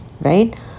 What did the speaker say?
right